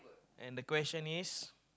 and the question is